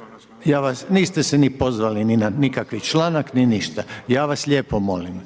molim, niste se ni pozvali ni na kakvi članak, ni ništa. Ja vas lijepo molim,